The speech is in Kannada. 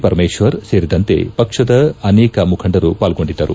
ಪರಮೇಶ್ವರ್ ಸೇರಿದಂತೆ ಪಕ್ಷದ ಅನೇಕ ಮುಖಂಡರು ಪಾಲ್ಗೊಂಡಿದ್ದರು